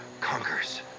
conquers